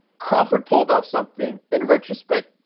crawford pulled off something. in retrospect,